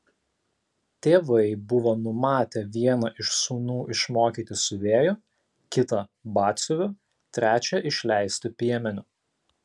tėvai buvo numatę vieną iš sūnų išmokyti siuvėju kitą batsiuviu trečią išleisti piemeniu